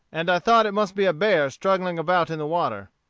and i thought it must be a bear struggling about in the water.